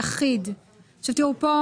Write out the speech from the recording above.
יושב כאן מרכז הקואליציה.